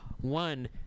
one